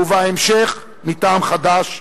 ובהמשך מטעם חד"ש,